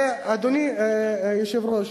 ואדוני היושב-ראש,